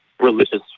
Religious